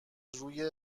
روی